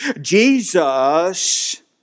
Jesus